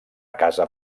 casa